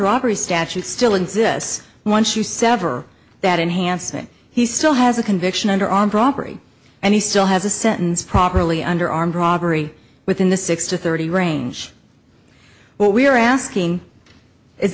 robbery statute still exists once you sever that enhancement he still has a conviction under armed robbery and he still has a sentence properly under armed robbery within the six to thirty range what we are asking is